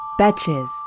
Betches